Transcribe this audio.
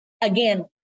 again